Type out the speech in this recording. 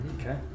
Okay